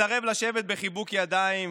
מסרב לשבת בחיבוק ידיים